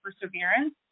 perseverance